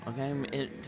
Okay